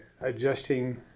adjusting